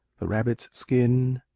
the rabbit's skin.